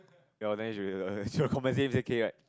ya lor then we should should have compensate her ten K right